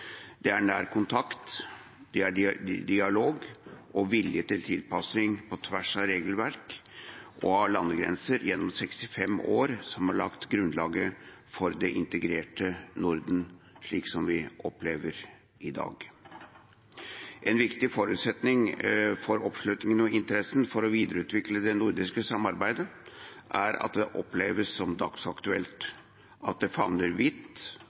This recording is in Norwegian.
Det er nær kontakt, dialog og vilje til tilpassing på tvers av regelverk og landegrenser gjennom 65 år som har lagt grunnlaget for det integrerte Norden, slik som vi opplever det i dag. En viktig forutsetning for oppslutningen og interessen for å videreutvikle det nordiske samarbeidet er at det oppleves som dagsaktuelt, at det